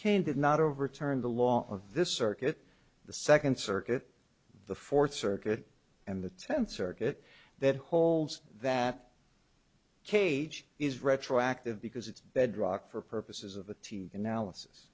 cain did not overturn the law of this circuit the second circuit the fourth circuit and the tenth circuit that holds that cage is retroactive because it's bedrock for purposes of a team analysis